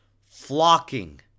flocking